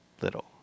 little